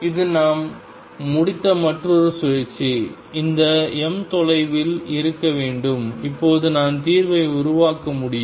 இது நாம் முடித்த மற்றொரு சுழற்சி இந்த m தொலைவில் இருக்க வேண்டும் இப்போது நான் தீர்வை உருவாக்க முடியும்